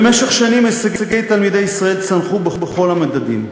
במשך שנים הישגי תלמידי ישראל צנחו בכל המדדים.